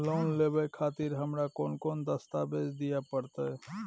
Loan लेवे खातिर हमरा कोन कौन दस्तावेज दिय परतै?